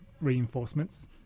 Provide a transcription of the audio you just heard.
reinforcements